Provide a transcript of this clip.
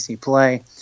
play